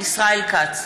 ישראל כץ,